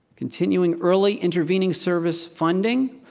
continuing early intervening service funding,